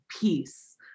peace